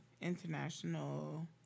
international